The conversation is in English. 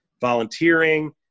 volunteering